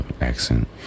accent